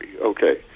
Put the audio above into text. Okay